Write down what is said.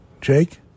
Jake